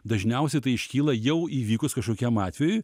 dažniausiai tai iškyla jau įvykus kažkokiam atvejui